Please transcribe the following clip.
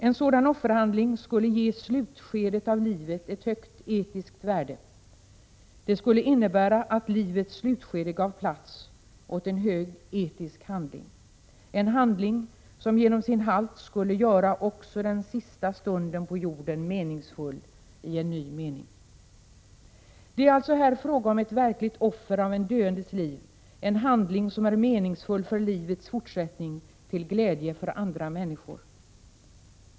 En sådan offerhandling skulle ge slutskedet av livet ett högt etiskt värde. Det skulle innebära att livets slutskede gav plats åt en hög etisk handling — en handling som genom sin halt skulle göra också den sista stunden på jorden meningsfull i en ny betydelse. Det är alltså här fråga om ett verkligt offer av en döendes liv — en handling som är meningsfull för livets fortsättning, till glädje för andra människor.